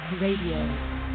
Radio